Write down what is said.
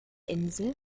insel